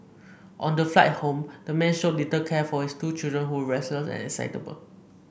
on the flight home the man showed little care for his two children who were restless and excitable